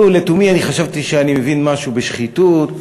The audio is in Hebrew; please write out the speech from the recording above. לתומי חשבתי שאני מבין משהו בשחיתות,